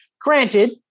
Granted